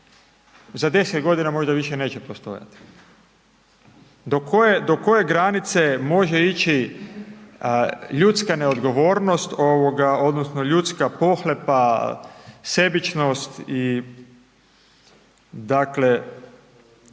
za 10 godina možda više neće postojati? Do koje granice može ići ljudska neodgovornost, odnosno ljudska pohlepa, sebičnost i